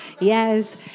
Yes